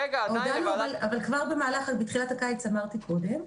אבל כמו שאמרתי קודם,